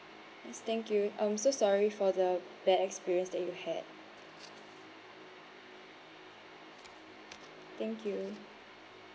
yes thank you um so sorry for the bad experience that you had thank you